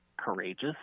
courageous